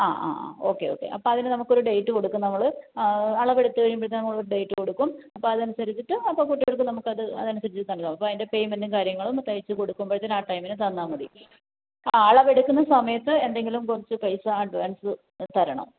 ആ അ അ ഓക്കെ ഓക്കെ അപ്പം അതിന് നമുക്ക് ഒരു ഡേറ്റ് കൊടുക്കും നമ്മൾ അളവ് എടുത്ത് കഴിയുമ്പത്തേക്ക് ഒരു കൊടുക്കും അപ്പം അതനുസരിച്ചിട്ട് അപ്പം കുട്ടികൾക്ക് നമുക്ക് അത് അതൻസരിച്ചിട്ട് അങ്ങനെയായിരിക്കും അതിൻ്റെ പേമെൻ്റും കാര്യങ്ങളും തയ്ച്ചു കൊടുമ്പോഴത്തേക്ക് ആ ടൈമിന് തന്നാൽ മതി ആ അളവെടുക്കുന്ന സമയത്ത് എന്തെങ്കിലും കുറച്ച് പൈസ അഡ്വാൻസ്സ് തരണം